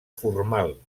formal